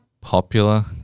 popular